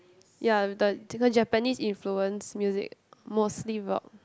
ya the they got Japanese influenced music mostly rock